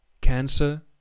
cancer